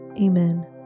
Amen